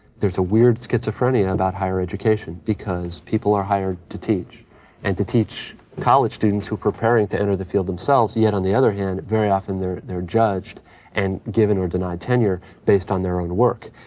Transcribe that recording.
there's a weird schizophrenia about higher education because people are hired to teach and to teach college students who are preparing to enter the field themselves, yet on the other hand, very often they're they're judged and given or denied tenure based on their own work.